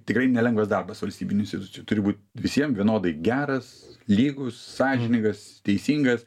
tikrai nelengvas darbas valstybinių institucijų turi būt visiem vienodai geras lygus sąžiningas teisingas